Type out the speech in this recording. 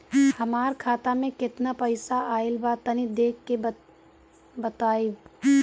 हमार खाता मे केतना पईसा आइल बा तनि देख के बतईब?